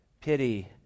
pity